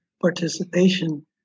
participation